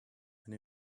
and